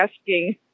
asking